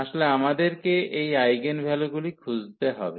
আসলে আমাদেরকে এই আইগেনভেক্টরগুলি খুঁজতে হবে